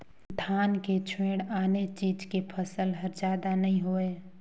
धान के छोयड़ आने चीज के फसल हर जादा नइ होवय